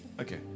okay